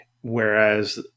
whereas